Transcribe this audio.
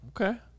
Okay